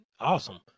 Awesome